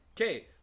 Okay